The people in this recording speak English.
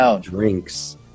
drinks